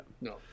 no